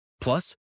Plus